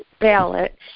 ballot